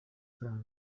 france